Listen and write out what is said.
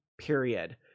period